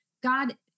God